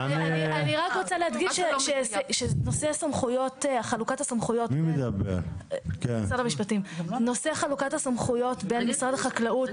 אני רק רוצה להדגיש שנושא חלוקת הסמכויות בין משרד החקלאות